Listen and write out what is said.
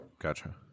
Gotcha